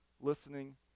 listening